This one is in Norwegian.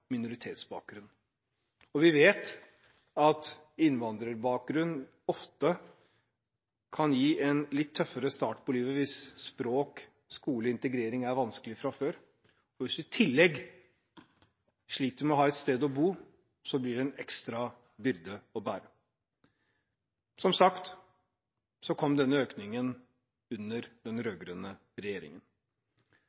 og vi vet at innvandrerbakgrunn ofte kan gi en litt tøffere start på livet hvis språk, skole og integrering er vanskelig fra før. Hvis man i tillegg sliter med å få et sted å bo, blir det en ekstra byrde å bære. Som sagt kom denne økningen under den